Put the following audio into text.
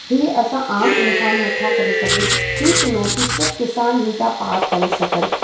हीअ असां आम इंसान नथा करे सघूं व हीउ चुनौती सिर्फ़ु किसान ई था पार करे सघनि